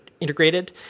integrated